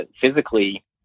physically